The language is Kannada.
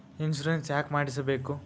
ಇನ್ಶೂರೆನ್ಸ್ ಯಾಕ್ ಮಾಡಿಸಬೇಕು?